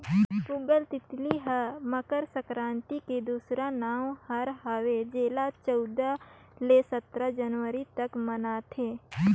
पोगंल तिहार हर मकर संकरांति के दूसरा नांव हर हवे जेला चउदा ले सतरा जनवरी तक मनाथें